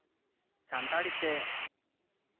ᱥᱟᱱᱛᱟᱲᱤ ᱛᱮ